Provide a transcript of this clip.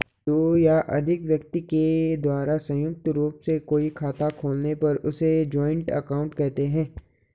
दो या अधिक व्यक्ति के द्वारा संयुक्त रूप से कोई खाता खोलने पर उसे जॉइंट अकाउंट कहते हैं